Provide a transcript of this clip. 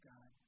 God